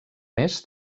més